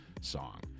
song